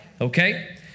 Okay